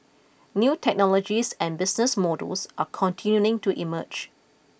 new technologies and business models are continuing to emerge